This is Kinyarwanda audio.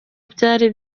byari